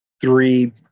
three